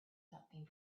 something